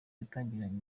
yatangiranye